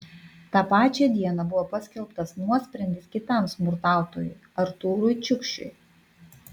tą pačią dieną buvo paskelbtas nuosprendis kitam smurtautojui artūrui čiukšiui